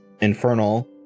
infernal